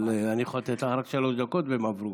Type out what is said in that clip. אבל אני יכול לתת לך רק שלוש דקות, והן כבר עברו.